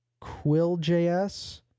quill.js